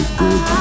good